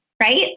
right